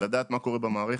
לדעת מה קורה במערכת.